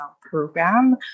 program